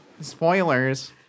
Spoilers